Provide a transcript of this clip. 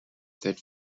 that